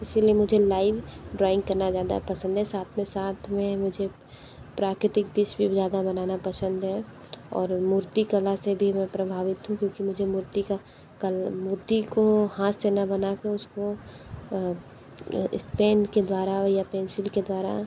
इसलिए मुझे live drawing करना ज़्यादा पसंद है साथ में साथ में मुझे प्राकृतिक दृश्य ज़्यादा बनाना पसंद है और मूर्ति कला से भी मैं प्रभावित हूँ क्योंकि मुझे मूर्ति का मूर्ति को हाथ से ना बनाकर उसको पेन के द्वारा या पेंसिल के द्वारा